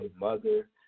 mother